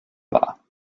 war